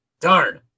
Darn